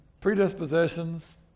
predispositions